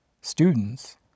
students